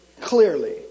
clearly